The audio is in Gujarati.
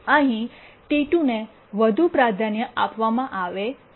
અહીં T2 ટી૨ ને વધુ પ્રાધાન્ય આપવામાં આવે છે